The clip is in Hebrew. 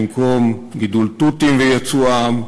במקום גידול תותים וייצואם,